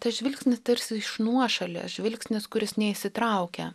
tas žvilgsnis tarsi iš nuošalės žvilgsnis kuris neįsitraukia